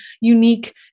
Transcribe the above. unique